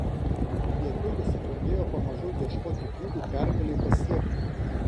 lietuvis pradėjo pamažu ieškoti būdų pergalei pasiekti